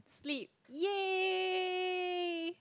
sleep yay